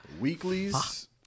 Weeklies